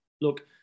Look